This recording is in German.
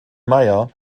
meier